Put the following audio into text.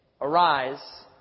arise